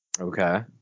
Okay